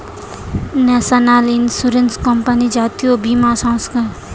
national insurance company জাতীয় বীমা সংস্থা